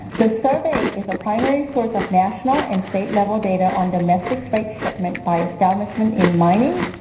the survey is a primary source of national and state-level data on domestic freight shipment by establishment in mining,